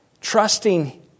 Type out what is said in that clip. trusting